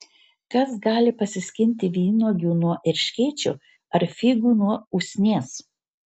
kas gali pasiskinti vynuogių nuo erškėčio ar figų nuo usnies